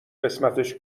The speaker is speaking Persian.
قسمتش